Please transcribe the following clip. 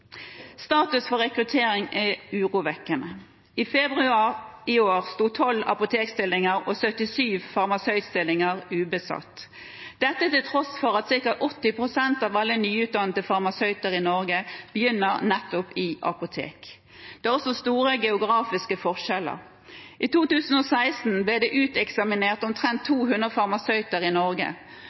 Status for rekruttering er urovekkende. I februar i år sto 12 apotekstillinger og 77 farmasøytstillinger ubesatt, til tross for at ca. 80 pst. av alle nyutdannede farmasøyter i Norge begynner nettopp i apotek. Det er også store geografiske forskjeller. I 2016 ble det uteksaminert omtrent 200 farmasøyter i Norge.